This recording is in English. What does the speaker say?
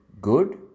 good